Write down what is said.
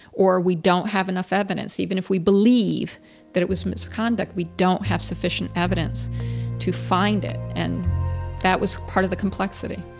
or we don't have enough evidence, even if we believe that it was misconduct, we don't have sufficient evidence to find it. and that was part of the complexity.